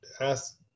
ask